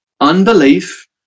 Unbelief